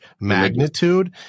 magnitude